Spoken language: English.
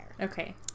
Okay